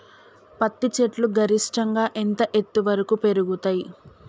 పత్తి చెట్లు గరిష్టంగా ఎంత ఎత్తు వరకు పెరుగుతయ్?